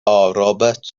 roberts